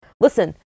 listen